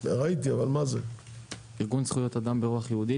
זה ארגון זכויות אדם ברוח יהודית.